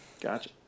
Gotcha